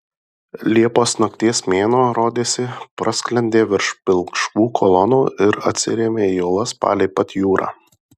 liepos nakties mėnuo rodėsi prasklendė virš pilkšvų kolonų ir atsirėmė į uolas palei pat jūrą